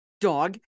dog